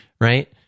Right